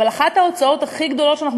אבל אחת ההוצאות הכי גדולות שאנחנו